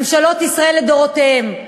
ממשלות ישראל לדורותיהן,